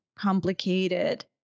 complicated